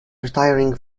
retiring